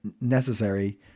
necessary